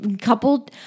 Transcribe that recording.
couple